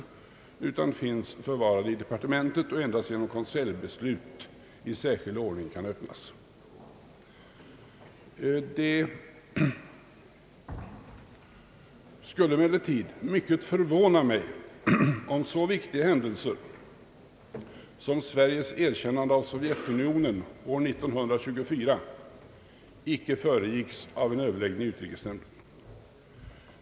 Dessa anteckningar finns förvarade i departementet och kan endast genom konseljbeslut i särskild ordning öppnas. Det skulle emellertid mycket förvåna mig, om en så viktig händelse som Sveriges erkännande av Sovjetunionen år 1924 icke föregicks av en överläggning i utrikesnämnden.